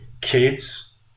kids